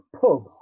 pub